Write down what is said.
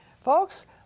Folks